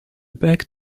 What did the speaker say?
back